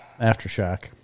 aftershock